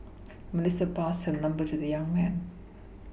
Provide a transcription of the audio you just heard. Melissa passed her number to the young man